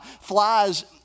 flies